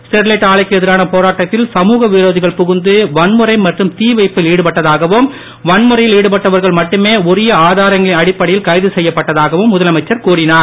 Sterlite ஆலைக்கு எதிரான போராட்டத்தில் சமூக விரோதிகள் புகுந்து வன்முறை மற்றும் தீ வைப்பில் சடுபட்டதாகவும் வன்முறையில் சடுபட்டவர்கள் மட்டுமே உரிய ஆதாரங்களின் அடிப்படையில் கைது செய்யப்பட்டதாகவும் முதலமைச்சர் கூறினார்